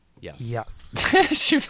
yes